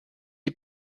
die